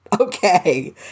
Okay